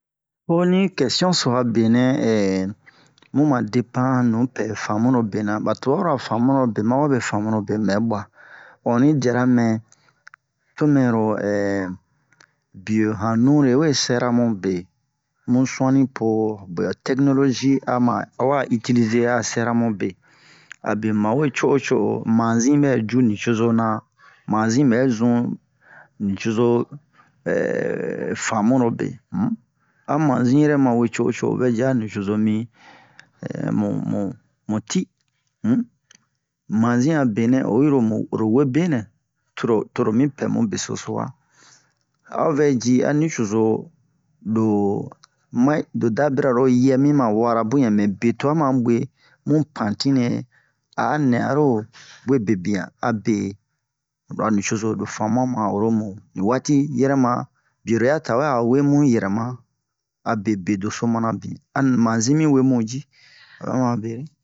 Ho ni kɛsiyon so a benɛ muma depan nupɛ fanmulobena ɓa tuɓaɓura fanmulobe ma wabe fanmulob muɓɛ ɓuwa o onni yi diyara mɛ to mɛro biyo han nunle we sɛra mube mu sun'anni-po buwɛ ho tɛknolozi ama awa itilize a sɛra mube abe muma we co'o wo co'o mazin ɓɛ cu nucozo-na mazin ɓɛ zun nucozo nucozo fanmulobe um a mazin yɛrɛ ma wee co'o wo co'o ovɛ ji a nucozo mi mu ti um mazin a benɛ oyiro mu lo we benɛ toro toro mipɛ mu beso so waa a o vɛ ji a nucozo lo un ɓɛ o da bira lo yɛ mima wara muyɛ mɛ be twa ma ɓwe mu pantine a a nɛ aro we bebiyan abe lo a nucozo lo fanmu'an ma oro mu ni waati yɛrɛma biye-ro ya tawɛ awe mu yɛrɛma abe bedoso mana bin a ni mazin mi webun ji oɓɛ ma bere